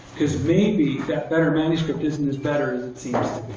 because maybe that better manuscript isn't as better as it seems to